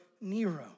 Nero